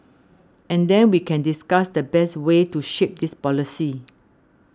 and then we can discuss the best way to shape this policy